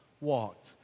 walked